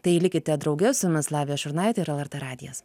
tai likite drauge su jumis lavija šurnaitė ir lrt radijas